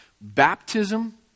Baptism